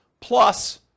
plus